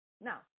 Now